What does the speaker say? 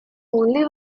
only